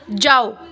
ਜਾਓ